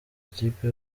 ikipe